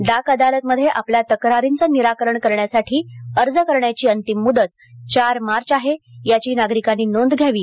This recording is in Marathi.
डाक अदालतमध्ये आपल्या तक्रारींचं निराकरण करण्यासाठी अर्ज करण्याची अंतिम मुदत चार मार्च आहे याची नागरिकांनी नोंद घ्यावी